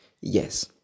Yes